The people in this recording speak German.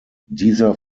dieser